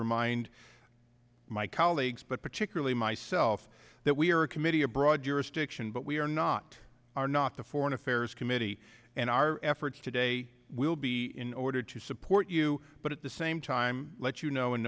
remind my colleagues but particularly myself that we are a committee a broad jurisdiction but we are not are not the foreign affairs committee and our efforts today will be in order to support you but at the same time let you know